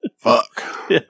fuck